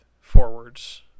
forwards